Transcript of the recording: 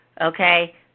okay